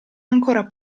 ancora